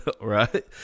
Right